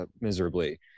miserably